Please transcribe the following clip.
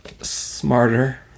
Smarter